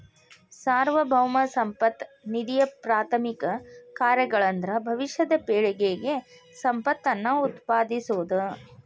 ಸಾರ್ವಭೌಮ ಸಂಪತ್ತ ನಿಧಿಯಪ್ರಾಥಮಿಕ ಕಾರ್ಯಗಳಂದ್ರ ಭವಿಷ್ಯದ ಪೇಳಿಗೆಗೆ ಸಂಪತ್ತನ್ನ ಉತ್ಪಾದಿಸೋದ